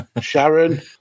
sharon